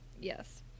Yes